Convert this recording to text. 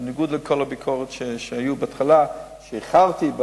בניגוד לכל הביקורות שהיו בהתחלה, שאיחרתי.